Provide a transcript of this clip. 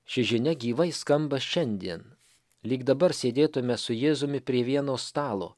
ši žinia gyvai skamba šiandien lyg dabar sėdėtume su jėzumi prie vieno stalo